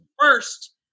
first